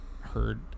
heard